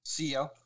CEO